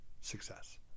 success